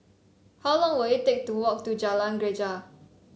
how long will it take to walk to Jalan Greja